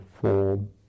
form